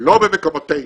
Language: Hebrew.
לא במקומותינו.